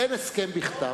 אבל אין הסכם בכתב.